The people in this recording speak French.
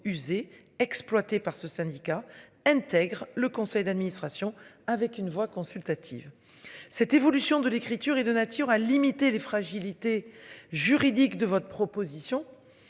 usées exploité par ce syndicat intègre le conseil d'administration avec une voix consultative cette évolution de l'écriture et de nature à limiter les fragilités juridiques de votre proposition.